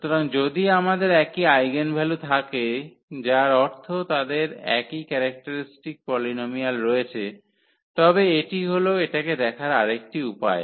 সুতরাং যদি আমাদের একই আইগেনভ্যালু থাকে যার অর্থ তাদের একই ক্যারেক্টারিস্টিক পলিনোমিয়াল রয়েছে তবে এটি হল এটাকে দেখার আর একটি উপায়